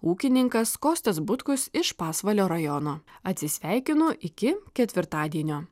ūkininkas kostas butkus iš pasvalio rajono atsisveikinu iki ketvirtadienio